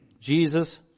Jesus